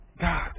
God